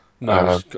no